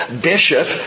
Bishop